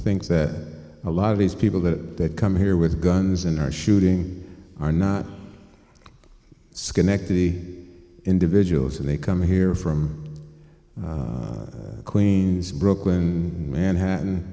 think that a lot of these people that come here with guns and are shooting are not schenectady individuals and they come here from queens brooklyn manhattan